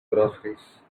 groceries